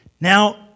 Now